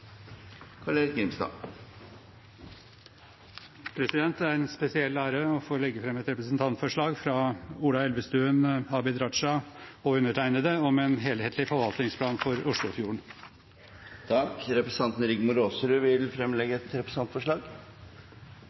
Det er en spesiell ære å få sette fram et representantforslag fra Ola Elvestuen, Abid Q. Raja og meg selv om en helhetlig forvaltningsplan for Oslofjorden. Representanten Rigmor Aasrud vil fremsette et representantforslag.